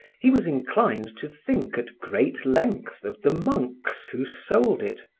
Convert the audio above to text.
he was inclined to think at great length of the monks who sold it,